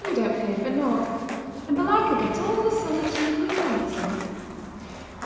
you don't fear for naught and belike you'll get all the solitude you want here